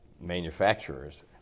manufacturers